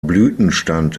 blütenstand